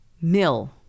mill